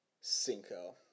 Cinco